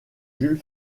jules